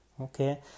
okay